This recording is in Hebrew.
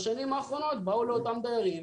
בשנים האחרונות באו לאותם דיירים,